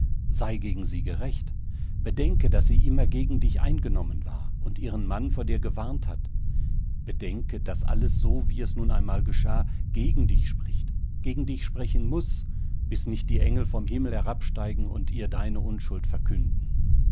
sei gegen sie gerecht bedenke daß sie immer gegen dich eingenommen war und ihren mann vor dir gewarnt hat bedenke daß alles so wie es nun einmal geschah gegen dich spricht gegen dich sprechen muß bis nicht die engel vom himmel herabsteigen und ihr deine unschuld verkünden